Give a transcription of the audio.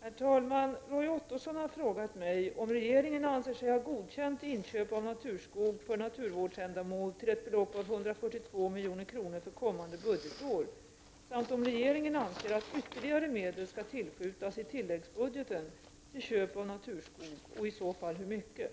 Herr talman! Roy Ottosson har frågat mig om regeringen anser sig ha godkänt inköp av naturskog för naturvårdsändamål till ett belopp av 142 milj.kr. för kommande budgetår samt om regeringen anser att ytterligare medel skall tillskjutas i tilläggsbudgeten till köp av naturskog och i så fall, hur mycket.